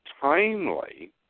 timely